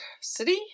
City